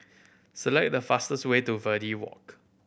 select the fastest way to Verde Walk